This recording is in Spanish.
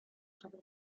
sobre